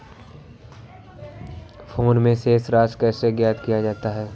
Phone से शेष राशि कैसे ज्ञात किया जाता है?